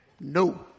No